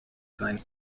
sein